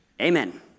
amen